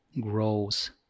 grows